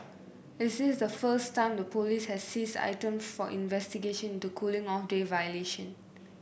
is this the first time the police has seized items for investigation into cooling off day violation